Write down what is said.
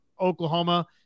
Oklahoma